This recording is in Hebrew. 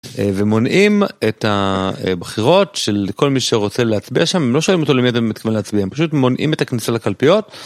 ומונעים את הבחירות של כל מי שרוצה להצביע שם, הם לא שואלים אותו למי אתה מתכוון להצביע, הם פשוט מונעים את הכניסה לקלפיות.